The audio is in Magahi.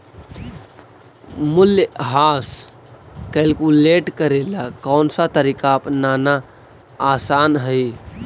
मूल्यह्रास कैलकुलेट करे ला कौनसा तरीका अपनाना आसान हई